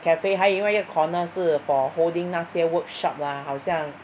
cafe 还有另外一个 corner 是 for holding 那些 workshop lah 好像